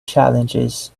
challenges